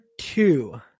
two